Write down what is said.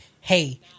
hey